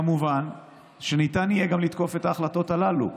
כמובן שניתן יהיה גם לתקוף את ההחלטות הללו,